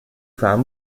farm